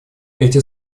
эти